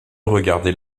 regarder